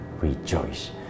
rejoice